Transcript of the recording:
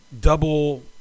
double